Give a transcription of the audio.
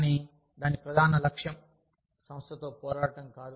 కానీ దాని ప్రధాన లక్ష్యం సంస్థతో పోరాడటం కాదు